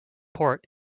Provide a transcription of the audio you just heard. port